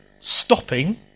stopping